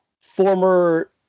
former